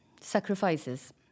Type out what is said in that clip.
Sacrifices